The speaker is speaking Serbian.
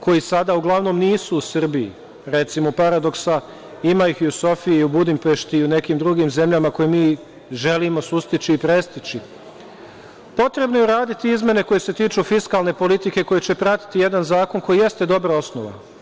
koji sada, uglavnom, nisu u Srbiji, recimo paradoksa, ima ih u Sofiji, u Budimpešti i u nekim drugim zemljama, koje mi želimo sustići i prestići, potrebno je uraditi izmene koje se tiču fiskalne politike, koje će pratiti jedan zakon koji jeste dobra osnova.